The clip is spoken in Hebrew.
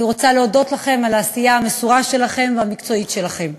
אני רוצה להודות לכם על העשייה המסורה והמקצועית שלכם.